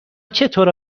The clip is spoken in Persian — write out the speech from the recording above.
چطور